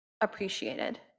appreciated